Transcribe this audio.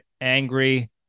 angry